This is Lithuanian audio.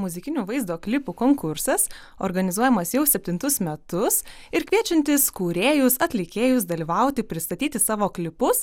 muzikinių vaizdo klipų konkursas organizuojamas jau septintus metus ir kviečiantis kūrėjus atlikėjus dalyvauti pristatyti savo klipus